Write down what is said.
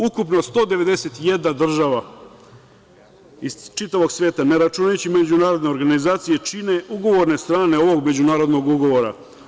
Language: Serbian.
Ukupno 191 država iz čitavog sveta, ne računajući međunarodne organizacije, čine ugovorne strane ovog međunarodnog ugovora.